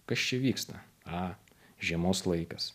kas čia vyksta a žiemos laikas